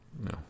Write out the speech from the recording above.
No